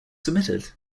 submitted